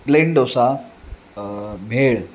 plain dosa भेळ